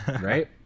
right